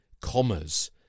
commas